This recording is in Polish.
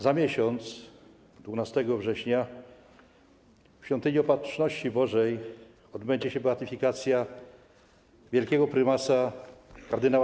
Za miesiąc, 12 września, w Świątyni Opatrzności Bożej odbędzie się beatyfikacja wielkiego prymasa kard.